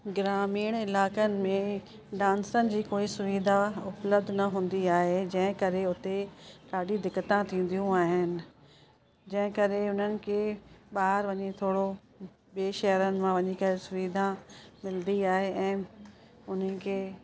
ग्रामीण इलाइक़नि में डांसनि जी कोई सुविधा उपलब्ध न हूंदी आहे जंहिं करे उते ॾाढी दिक़ता थींदियूं आहिनि जंहिं करे उन्हनि खे ॿाहिरि वञी थोरो ॿिए शहरनि मां वञी करे सुविधा मिलदी आहे ऐं उन्हनि खे